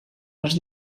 les